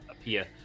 appear